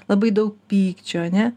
labai daug pykčio ar ne